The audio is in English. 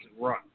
run